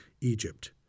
Egypt